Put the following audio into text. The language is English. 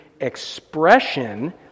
expression